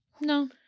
No